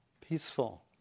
peaceful